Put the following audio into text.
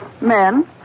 Men